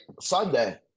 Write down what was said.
Sunday